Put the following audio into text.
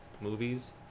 Movies